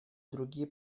другие